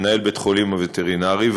מנהל בית-החולים הווטרינרי,